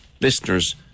listeners